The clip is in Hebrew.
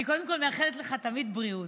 אני קודם כול מאחלת לך תמיד בריאות.